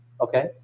Okay